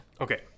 Okay